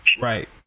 Right